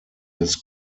his